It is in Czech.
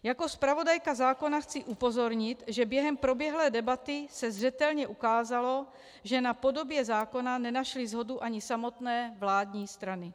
Jako zpravodajka zákona chci upozornit, že během proběhlé debaty se zřetelně ukázalo, že na podobě zákona nenašly shodu ani samotné vládní strany.